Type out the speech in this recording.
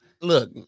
Look